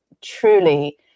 truly